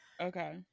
okay